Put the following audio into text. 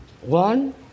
one